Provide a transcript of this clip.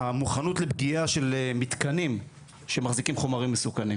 המוכנות לפגיעה של מתקנים שמחזיקים חומרים מסוכנים,